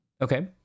Okay